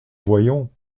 voyons